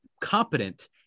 competent